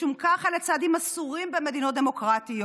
משום כך אלה צעדים אסורים במדינות דמוקרטיות.